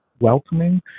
welcoming